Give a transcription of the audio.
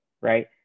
right